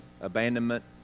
Abandonment